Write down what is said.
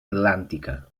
atlàntica